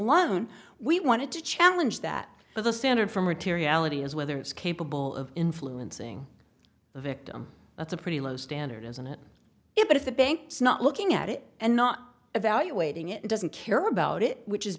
loan we wanted to challenge that but the standard for materiality is whether it's capable of influencing the victim that's a pretty low standard isn't it but if the banks not looking at it and not evaluating it doesn't care about it which is